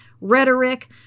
rhetoric